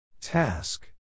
Task